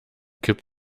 kipp